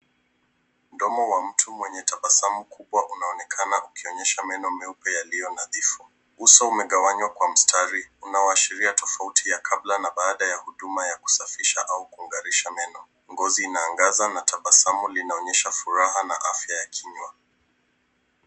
Mdomo wa mtu mwenye tabasamu kubwa unaonekana ukionyesha meno meupe yaliyo nadhifu, uso umegewanywa kwa mstari unaoashiria tofauti ya kabla na baada ya huduma ya kusafisha au kung'arisha meno. Ngozi inaangaza na tabasamu linaonyesha furaha na afya ya kinywa.